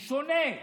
הוא שונה,